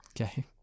Okay